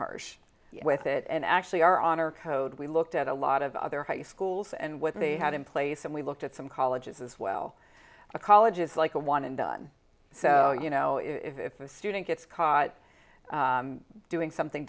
harsh with it and actually our honor code we looked at a lot of other high schools and what they had in place and we looked at some colleges as well colleges like a one and done so you know if a student gets caught doing something